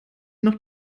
noch